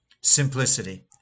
simplicity